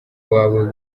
wawe